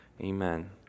Amen